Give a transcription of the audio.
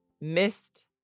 missed